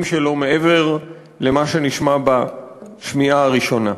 שלו מעבר למה שנשמע בשמיעה הראשונה,